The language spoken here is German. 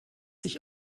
sich